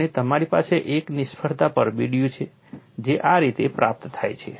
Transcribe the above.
અને તમારી પાસે એક નિષ્ફળતા પરબિડીયું છે જે આ રીતે પ્રાપ્ત થાય છે